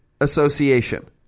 association